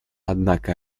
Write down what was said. однако